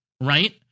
right